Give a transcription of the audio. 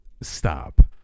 Stop